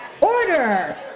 Order